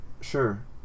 Sure